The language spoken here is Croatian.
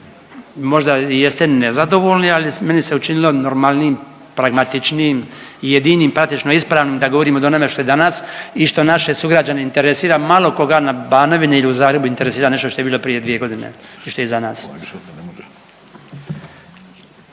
Možda jeste nezadovoljni, ali meni se učinilo normalnijim, pragmatičnijim i jedinim praktično ispravnim da govorim o onome što je danas i što naše sugrađane interesira. Malo koga na Banovini ili u Zagrebu interesira nešto što je bilo prije 2 godine što je iza nas.